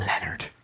Leonard